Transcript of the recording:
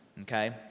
okay